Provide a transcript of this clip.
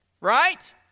Right